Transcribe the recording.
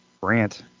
rant